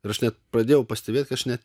ir aš net pradėjau pastebėt kai aš net